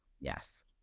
Yes